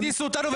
הם הטיסו אותנו,